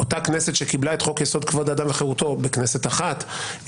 אותה הכנסת שקיבלה את חוק-יסוד: כבוד אדם וחירותו בכנסת אחת,